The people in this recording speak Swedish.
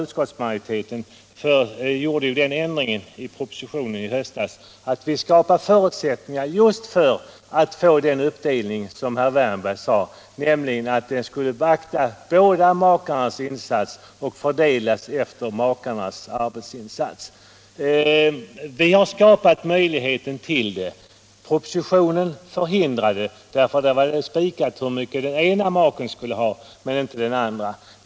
Utskottsmajoriteten föreslog den ändringen av propositionen i höstas att förutsättningar skapades för att få just den uppdelning som herr Wärnberg talar för, nämligen att båda makarnas insatser skall beaktas och att lönen skall fördelas efter makarnas arbetsinsatser.